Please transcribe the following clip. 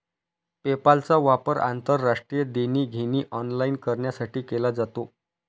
पेपालचा वापर आंतरराष्ट्रीय देणी घेणी ऑनलाइन करण्यासाठी केला जातो